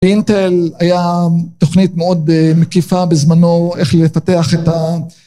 אינטל היה תוכנית מאוד מקיפה בזמנו איך לתתח את ה...